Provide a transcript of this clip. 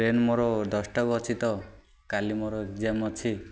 train ମୋର ଦଶଟାକୁ ଅଛି ତ କାଲି ମୋର ଏଗଜାମ୍ ଅଛି